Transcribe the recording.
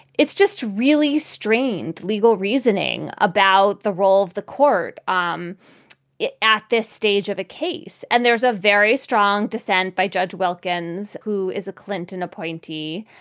it's just really strange legal reasoning about the role of the court um at this stage of a case. and there's a very strong dissent by judge wilkins, who is a clinton appointee.